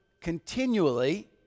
continually